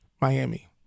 Miami